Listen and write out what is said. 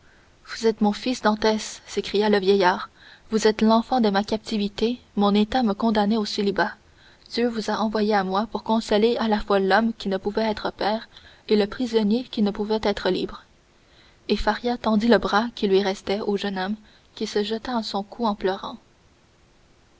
vous êtes mon fils dantès s'écria le vieillard vous êtes l'enfant de ma captivité mon état me condamnait au célibat dieu vous a envoyé à moi pour consoler à la fois l'homme qui ne pouvait être père et le prisonnier qui ne pouvait être libre et faria tendit le bras qui lui restait au jeune homme qui se jeta à son cou en pleurant